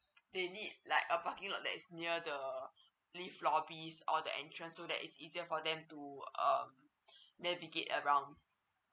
they need like uh parking lots that is near the lift lobbies all the entrance so that it's easier for them to um navigate around